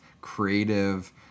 creative